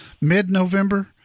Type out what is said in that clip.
mid-November